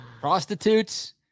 prostitutes